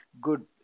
good